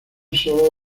solo